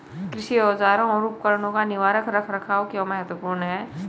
कृषि औजारों और उपकरणों का निवारक रख रखाव क्यों महत्वपूर्ण है?